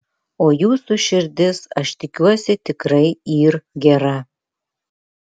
o jūsų širdis aš tikiuosi tikrai yr gera